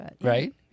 right